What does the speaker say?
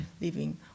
living